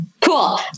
cool